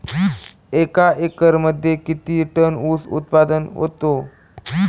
एका एकरमध्ये किती टन ऊस उत्पादन होतो?